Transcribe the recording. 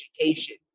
education